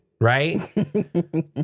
Right